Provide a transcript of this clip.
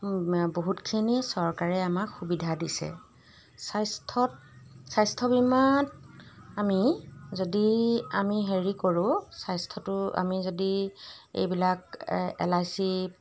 বহুতখিনি চৰকাৰে আমাক সুবিধা দিছে স্বাস্থ্যত স্বাস্থ্য বীমাত আমি যদি আমি হেৰি কৰোঁ স্বাস্থ্যটো আমি যদি এইবিলাক এল আই চি